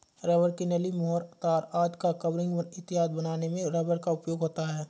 rubber की नली, मुहर, तार आदि का कवरिंग इत्यादि बनाने में रबर का उपयोग होता है